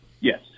Yes